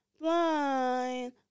blind